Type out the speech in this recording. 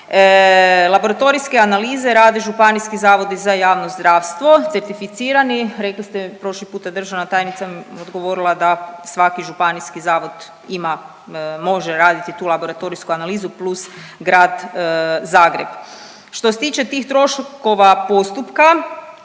Laboratorijske analize rade županijski zavodi za javno zdravstvo, certificirani, rekli ste prošli puta, državna tajnica mi je odgovorila da svaki županijski zavod ima, može raditi tu laboratorijsku analizu plus Grad Zagreb. Što se tiče tih troškova postupka